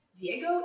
Diego